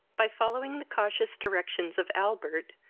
by following the cautious directions of albert,